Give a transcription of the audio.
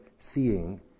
seeing